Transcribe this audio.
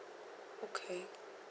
okay